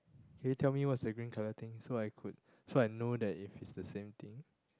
can you tell me what's the green colour thing so I could I know if it's the same thing